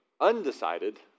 undecided